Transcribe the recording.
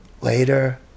later